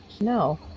No